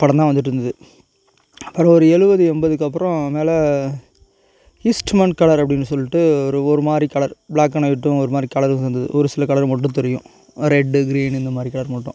படம் தான் வந்துட்டுருந்துது அப்புறம் ஒரு எழுபது எண்பதுக்கு அப்புறோம் மேலே ஈஸ்ட்மெண்ட் கலர் அப்படினு சொல்லிட்டு ஒரு ஒரு மாதிரி கலர் ப்ளாக் அண்ட் ஒய்ட்டும் ஒரு மாதிரி கலரும் சேர்ந்தது ஒரு சில கலரு மட்டும் தெரியும் ரெட்டு க்ரீனு இந்த மாரி கலர் மட்டும்